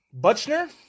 Butchner